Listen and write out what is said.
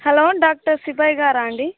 hello doctor Sipayi గారా అండి